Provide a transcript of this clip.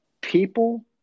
people